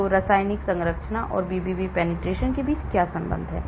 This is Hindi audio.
तो रासायनिक संरचना और BBB penetration के बीच क्या संबंध है